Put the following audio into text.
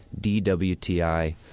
DWTI